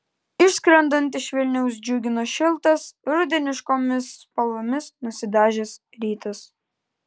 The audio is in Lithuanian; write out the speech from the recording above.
išskrendant iš vilniaus džiugino šiltas rudeniškomis spalvomis nusidažęs rytas